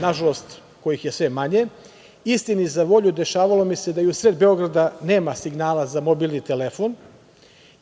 nažalost kojih je sve manje. Istini za volju, dešavalo mi se da i u sred Beograda nema signala za mobilni telefon